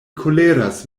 koleras